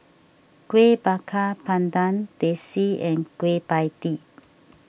Kuih Bakar Pandan Teh C and Kueh Pie Tee